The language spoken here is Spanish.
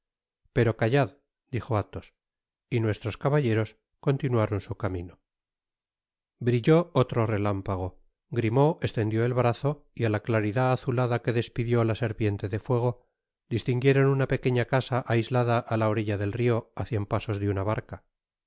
pero callad dijo albos y nuestros cabalteros continuaron su camino brilló otro relámpago grimaud estendió el brazo y á la claridad azulada que despidió la serpiente de fuego distinguieron una pequeña casa aislada á la orilla del rio á cien pasos de una barca por